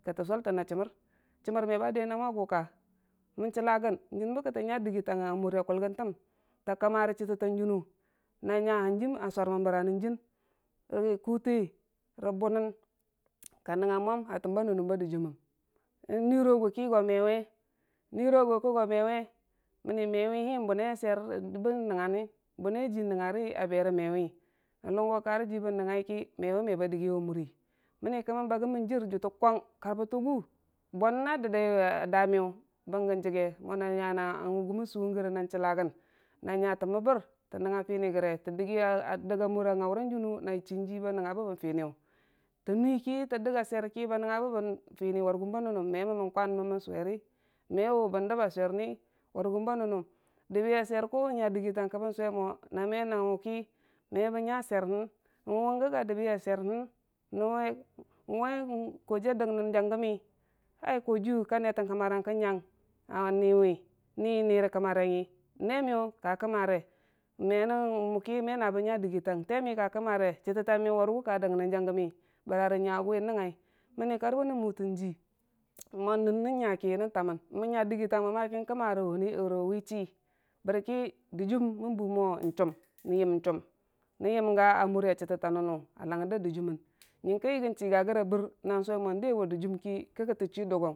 Kətə gultənna gəmmər, gəmmər me ba dirə muve a guka mən chilla gərn jin bətə nya digitang a aəntəltən, tə kəmma rə chitəta dinu; na nya hanjim a somən bə ra nən jin, bə raki kute rə bunun ka nəngnga mwan a təm ba nənnəm ba dijim məm, n'nuro a guki go mewe, n'nwire gu ki go mewe məmmi mewe hi, n'bu nai sweri də bə nəngnari kən jii nəngngarə kə be rə mewi a higo karə jiibə nəngngai ki, mewi meba digi ye amuri mənni kəmən bagə mən jir, jutə kwang, karbə tə gu, bwan a dəbbai a da miyu bəngə jige go na nyə wuyəmən buu na chilla gən na nya əə məbbər əə nəngnga fini rəge tə dəga mura ngaura jinnu na chi jiba nəngnga bəbbən finiyu tə nuiki na tə diga suweir ki ba nəngnga bəbbən sweir wargəm ba nannnəm, me məm mən kwan məmənən suweri, me wu bə dəba sweiri wargəmba nənnəm dəba a sweir ku n'nya digitang ki bən buwe mo na menən mweki me bən nya sweir hən n wung gəga dəbi a sweir n'war ko jiiyu adigənə janggəmi, kojiiya ka netən kəmmorang kə nyang a niiwi, nii mira kəmmarang ngi nemiyu ka kəmmarai menən wuki mena bən nya digiəang, temiyu ka kəmmare, chitətamiyu wargu ko dignən ganggəmi, bəra nən nyaguwi n'nəngngai, mənni kar bənən mutənji mo nən nənya ki nən tamən nən nya digitang ki nən kəmma nən wuni rə wi chi bəra ki dɨjiim mən bumo chum, n'yəm chuni nən yəmga a mura chitətanəno a langgər da dɨjiimən nyəgə yəmga gərə a bər na suwe mo diyewa dɨjim ki kə kətə chi duggəg.